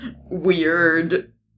weird